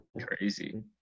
Crazy